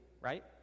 right